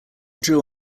drew